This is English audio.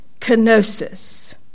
kenosis